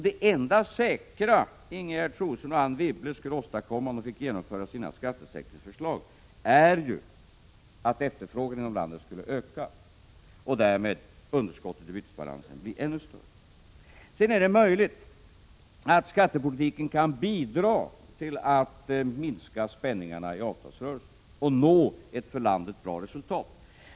Det enda säkra som Ingegerd Troedsson och Anne Wibble skulle åstadkomma, om de fick genomföra sina skattesänkningsförslag, vore att efterfrågan inom landet skulle öka och därmed underskotten i bytesbalansen bli ännu större. Det är vidare möjligt att skattepolitiken kan bidra till att minska spänningarna i avtalsrörelsen och till att vi når ett bra resultat för landet.